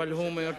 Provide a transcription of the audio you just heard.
אולי תיאמתם,